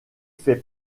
fait